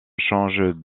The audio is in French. change